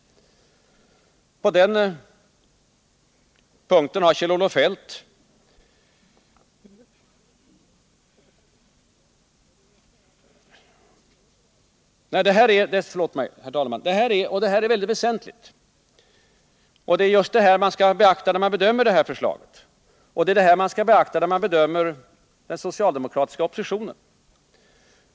Det här är väldigt väsentligt, och det är just det man skall beakta när man bedömer förslaget och när man bedömer den socialdemokratiska oppositionen.